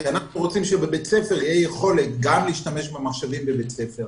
כי אנחנו רוצים שבבית הספר תהיה יכולת גם להשתמש במחשבים בבית ספר.